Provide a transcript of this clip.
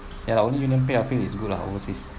ya lah only UnionPay I think is good lah overseas